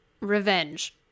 Revenge